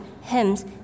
hymns